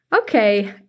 okay